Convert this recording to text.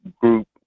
group